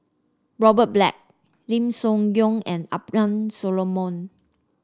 Robert Black Lim Soo Ngee and Abraham Solomon